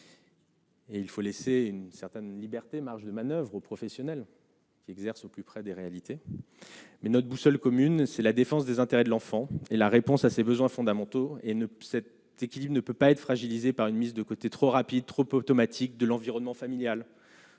Et il faut laisser une certaine liberté marge de manoeuvre aux professionnels qui exercent au plus près des réalités. Mais notre boussole commune, c'est la défense des intérêts de l'enfant et la réponse à ces besoins fondamentaux et ne pas s'équilibre ne peut pas être fragilisée par une mise de côté, trop rapide, trop peu automatique de l'environnement familial.